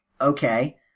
okay